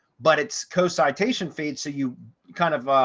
but it's co citation feed. so you kind of,